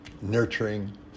nurturing